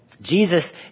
Jesus